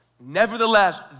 Nevertheless